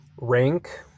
rank